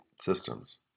systems